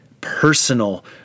personal